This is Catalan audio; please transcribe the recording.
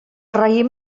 raïm